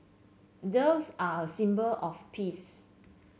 doves are a symbol of peace